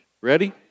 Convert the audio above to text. Ready